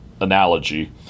analogy